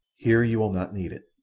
here you will not need it.